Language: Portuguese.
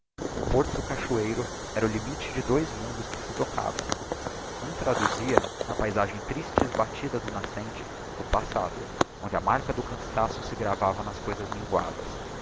obscura terra porto docachoeiro era o limite de dois mundos que se tocavam um traduzia na paizagem triste e esbatida do nascente o passado onde a marca do cançaço se gravava nas coisas minguadas